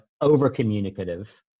over-communicative